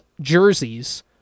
jerseys